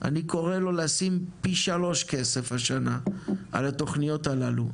אני קורא לו לשים פי 3 כסף השנה על התכניות הללו,